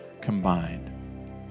combined